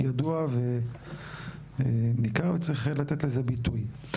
ידוע וניכר וצריך לתת לזה ביטוי.